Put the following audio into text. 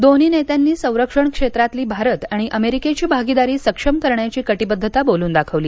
दोन्ही नेत्यांनी संरक्षण क्षेत्रातली भारत आणि अमेरिकेची भागीदारी सक्षम करण्याची कटिबद्धता बोलून दाखवली